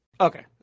Okay